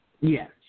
Yes